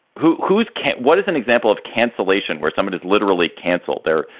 who whose can't? what is an example of cancellation where someone is literally canceled there?